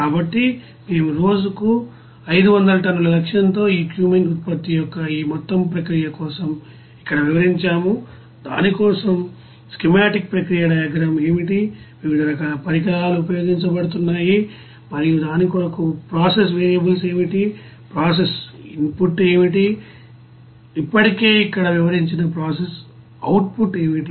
కాబట్టి మేము రోజుకు 500 టన్నుల లక్ష్యంతో ఈ క్యూమీన్ ఉత్పత్తి యొక్క ఈ మొత్తం ప్రక్రియ కోసం ఇక్కడ వివరించాము మరియు దాని కోసం స్కీమాటిక్ ప్రక్రియ డయాగ్రమ్ ఏమిటి వివిధ రకాల పరికరాలు ఉపయోగించబడుతున్నాయిమరియు దాని కొరకు ప్రాసెస్ వేరియబుల్స్ ఏమిటి ప్రాసెస్ ఇన్ పుట్ ఏమిటి ఇప్పటికే ఇక్కడ వివరించిన ప్రాసెస్ అవుట్ పుట్ ఏమిటి